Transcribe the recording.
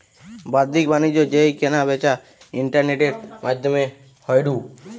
বাদ্দিক বাণিজ্য যেই কেনা বেচা ইন্টারনেটের মাদ্ধমে হয়ঢু